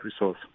resource